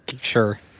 Sure